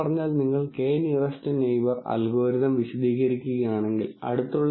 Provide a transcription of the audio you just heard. അതിനാൽ നമ്മൾ 2 തകരാർകൾ f1 f2 എന്നിവയിൽ ഉറച്ചുനിൽക്കും